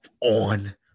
on